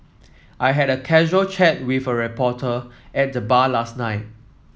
I had a casual chat with a reporter at the bar last night